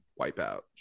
Wipeout